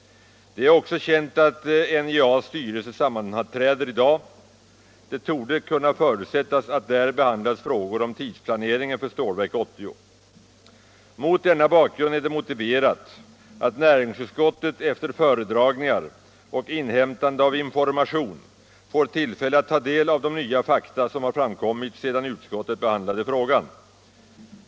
Det är också känt att NJA:s styrelse sammanträder i dag. Det torde kunna förutsättas att där behandlas frågor om tidsplaneringen för Stålverk 80. Mot denna bakgrund är det motiverat att näringsutskottet efter föredragningar och inhämtande av information får tillfälle att ta del av de nya fakta som har framkommit sedan utskottet behandlade frågan.